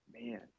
man